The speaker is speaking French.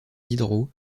diderot